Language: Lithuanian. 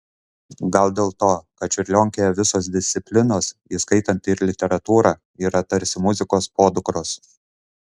gal dėl to kad čiurlionkėje visos disciplinos įskaitant ir literatūrą yra tarsi muzikos podukros